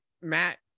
Matt